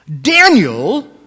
Daniel